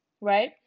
right